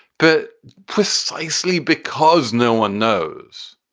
but precisely because no one knows,